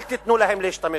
אל תיתנו להם להשתמש בכם.